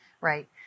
Right